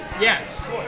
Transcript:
Yes